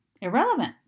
irrelevant